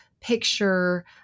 picture